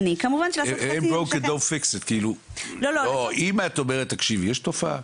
אם את אומרת, תקשיבי, יש תופעה,